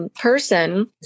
person